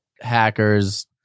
Hackers